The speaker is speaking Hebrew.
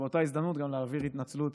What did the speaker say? ובאותה הזדמנות גם להעביר התנצלות